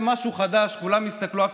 עלתה לפה היום חברת הכנסת דיסטל וציטטה